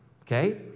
okay